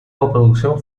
coproducción